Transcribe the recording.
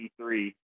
E3